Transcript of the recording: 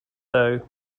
though